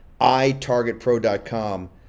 itargetpro.com